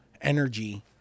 energy